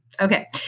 Okay